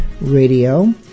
Radio